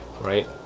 right